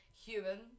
human